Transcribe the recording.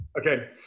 Okay